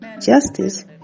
justice